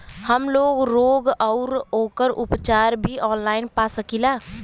हमलोग रोग अउर ओकर उपचार भी ऑनलाइन पा सकीला?